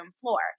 floor